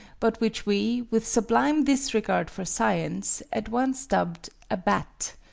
but which we, with sublime disregard for science, at once dubbed a bat.